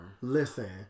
Listen